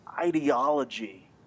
ideology